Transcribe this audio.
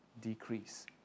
decrease